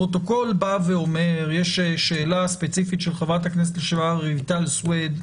יש שאלה ספציפית של חברת הכנסת לשעבר רויטל סויד,